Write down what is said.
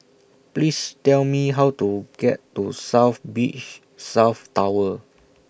Please Tell Me How to get to South Beach South Tower